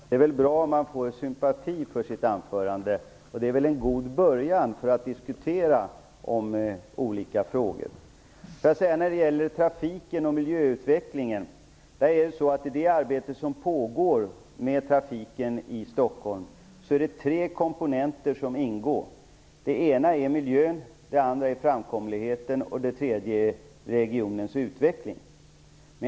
Herr talman! Det är väl bra om man får sympati för sitt anförande. Det är väl en god början för att diskutera olika frågor. När det gäller trafiken och miljöutvecklingen vill jag säga att i det arbete som pågår med trafiken i Stockholm finns det tre komponenter. Den ena är miljön, den andra är framkomligheten och den tredje är regionens utveckling.